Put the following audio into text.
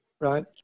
Right